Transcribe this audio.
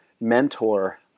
mentor